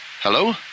Hello